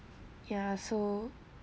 ya so